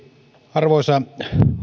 arvoisa